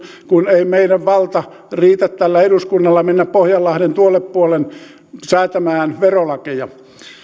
kun ei meidän valtamme riitä tällä eduskunnalla menemään pohjanlahden tuolle puolen säätämään verolakeja